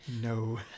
No